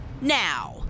now